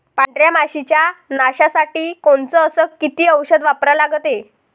पांढऱ्या माशी च्या नाशा साठी कोनचं अस किती औषध वापरा लागते?